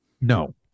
No